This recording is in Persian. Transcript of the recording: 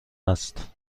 است